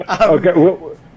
Okay